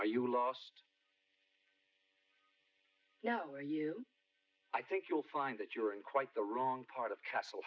are you lost yet when you i think you'll find that you're in quite the wrong part of castle